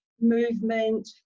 movement